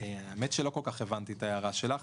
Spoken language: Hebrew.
האמת שלא כל כך הבנתי את ההערה שלך.